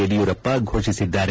Yediyurappa ಫೋಷಿಸಿದ್ದಾರೆ